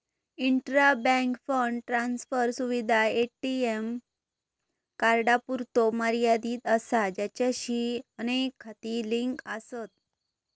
intra bank fund transfer सुविधा ATM कार्डांपुरतो मर्यादित असा ज्याचाशी अनेक खाती लिंक आसत